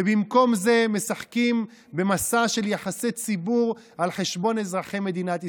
ובמקום זה הם משחקים במסע של יחסי ציבור על חשבון אזרחי מדינת ישראל.